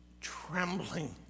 trembling